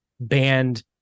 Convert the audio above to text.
Banned